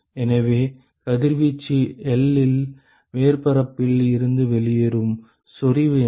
எனவே கதிர்வீச்சு L இல் மேற்பரப்பில் இருந்து வெளியேறும் செறிவு என்ன